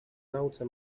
nauce